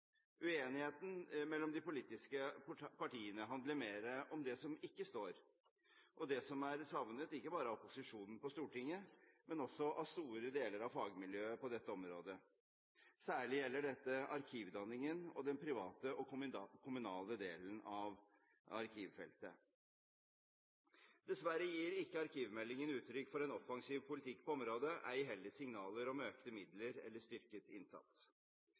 Uenigheten mellom de politiske partiene handler mer om det som ikke står, og som er savnet, ikke bare av opposisjonen på Stortinget, men også av store deler av fagmiljøene på dette området. Særlig gjelder dette arkivdanningen og den private og kommunale delen av arkivfeltet. Dessverre gir ikke arkivmeldingen uttrykk for en offensiv politikk på området, ei heller signaler om økte midler eller styrket innsats.